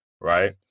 right